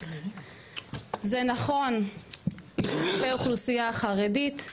זה נכון לאוכלוסייה החרדית,